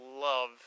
love